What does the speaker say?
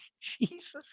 Jesus